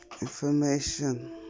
information